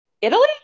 Italy